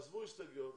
עזבו הסתייגויות.